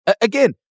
Again